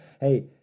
Hey